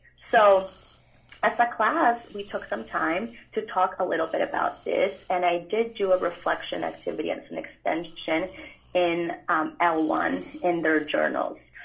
so as a class, we took some time to talk a little bit about this. and i did do a reflection activity and an extension in l one in their journals.